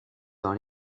dans